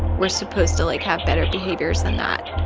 we're supposed to, like, have better behaviors than that.